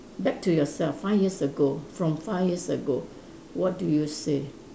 back to yourself five years ago from five years ago what do you say